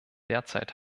derzeit